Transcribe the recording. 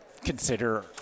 consider